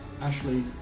Ashley